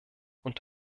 und